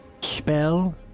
spell